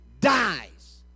dies